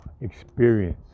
experience